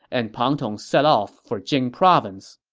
and pang tong set off for jing province